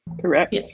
correct